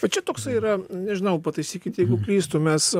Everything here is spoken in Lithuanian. va čia toksai yra nežinau pataisykit jeigu klystu mes